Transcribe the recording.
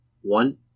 one